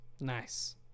Nice